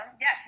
Yes